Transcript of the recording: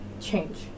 change